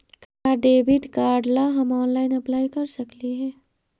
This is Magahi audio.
का डेबिट कार्ड ला हम ऑनलाइन अप्लाई कर सकली हे?